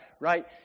right